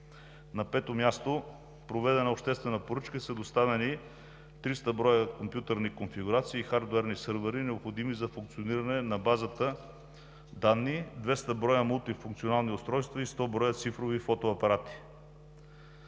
На пето място, проведена е обществена поръчка и са доставени 300 броя компютърни конфигурации и хардуерни сървъри, необходими за функциониране на базата данни, 200 броя мултифункционални устройства и 100 броя цифрови фотоапарати.